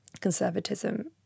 conservatism